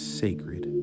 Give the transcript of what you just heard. sacred